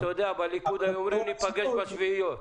בליכוד היו אומרים, ניפגש בשביעיות,